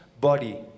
body